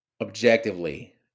objectively